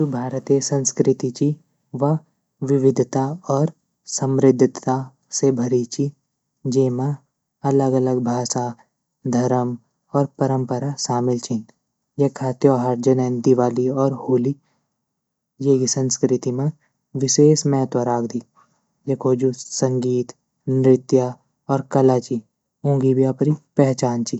जू भारते संस्कृति ची व विविधता और समृद्धता से भरी ची जेमा अलग अलग भाषा, धर्म, और परंपरा शामिल छीन यखा त्योहार जने दिवाली और होली येती संस्कृति म विशेष महत्व राखदी यखो जू संगीत, नृत्य, और कला ची ऊँगी भी अपरि पहचान ची।